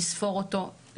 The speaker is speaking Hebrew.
לספור אותו,